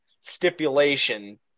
stipulation